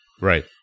Right